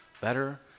better